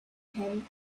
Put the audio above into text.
him